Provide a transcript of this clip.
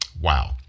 Wow